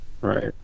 right